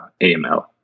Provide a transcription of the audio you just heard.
AML